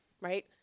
right